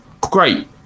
Great